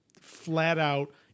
flat-out